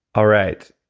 all right,